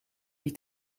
die